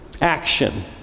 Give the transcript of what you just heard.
action